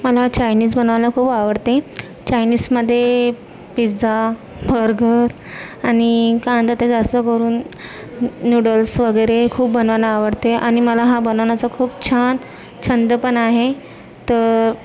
मला चायनीज बनवायला खूप आवडते चायनीज मध्ये पिझ्झा बर्गर आणि कांदा त्यात असे करून नूडल्स वगैरे खूप बनवणे आवडते आणि मला हा बनवण्याचा खूप छान छंद पण आहे तर